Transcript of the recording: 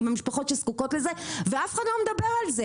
עם המשפחות שזקוקות לזה ואף אחד לא מדבר על זה